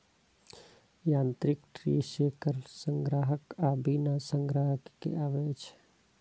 यांत्रिक tree shaker संग्राहक आ बिना संग्राहक के आबै छै